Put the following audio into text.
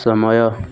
ସମୟ